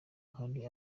hari